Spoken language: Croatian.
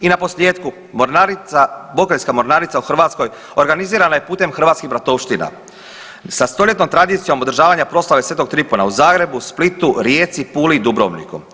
I na posljetku, mornarica, bokeljska mornarica u Hrvatskoj organizirana je putem hrvatskih bratovština sa stoljetnom tradicijom održavanja proslave Sv. Tripuna u Zagrebu, Splitu, Rijeci, Puli i Dubrovniku.